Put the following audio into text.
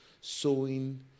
sowing